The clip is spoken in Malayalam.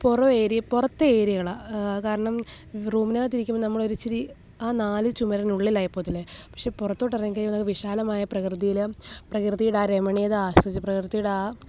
പുറം ഏരിയ പുറത്തെ ഏരിയകളാണ് കാരണം റൂമിനകത്ത് ഇരിക്കുമ്പോൾ നമ്മൾ ഒര് ഇച്ചിരി ആ നാല് ചുമരിനുള്ളിലായി പോകത്തില്ലേ പക്ഷെ പുറത്തോട്ട് ഇറങ്ങി കഴിയുമ്പം നമുക്ക് വിശാലമായ പ്രകൃതിയിൽ പ്രകൃതിയുടെ രമണീയത ആസ്വദിച്ച് പ്രകൃതിയുടെ ആ